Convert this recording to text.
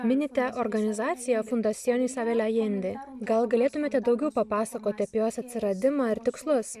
minite organizaciją fundasielis avijalindi gal galėtumėte daugiau papasakoti apie jos atsiradimą ir tikslus